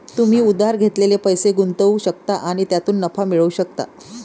तुम्ही उधार घेतलेले पैसे गुंतवू शकता आणि त्यातून नफा मिळवू शकता